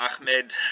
ahmed